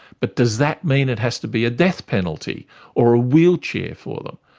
but does that mean it has to be a death penalty or a wheelchair for them?